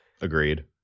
Agreed